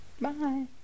Bye